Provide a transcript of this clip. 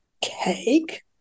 Cake